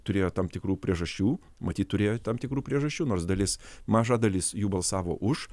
turėjo tam tikrų priežasčių matyt turėjo tam tikrų priežasčių nors dalis maža dalis jų balsavo už